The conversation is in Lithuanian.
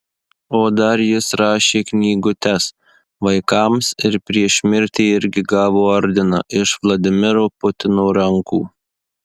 o dar jis rašė knygutes vaikams ir prieš mirtį irgi gavo ordiną iš vladimiro putino rankų